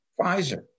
Pfizer